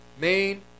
main